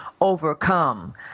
overcome